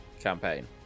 campaign